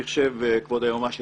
כבוד היועץ המשפטי לממשלה,